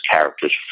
characters